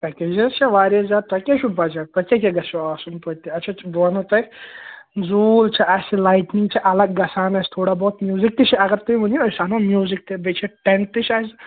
package حظ چھِ واریاہ زیادٕ تۄہہِ کیٛاہ چھُو بَجَٹ تۄہہِ کیٛاہ کیٛاہ گژھیو آسُن توتہِ اَچھا اَچھا بہٕ وَنو تۄہہِ زوٗل چھِ اَسہِ لایٹِنٛگ چھِ الگ گژھان اَسہِ تھوڑا بہت میوٗزِک تہِ چھِ اگر تُہۍ ؤنیوٗ أسۍ اَنو میوٗزِک تہِ بیٚیہِ چھِ ٹٮ۪نٛٹ تہِ چھِ اَسہِ